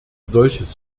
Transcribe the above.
solches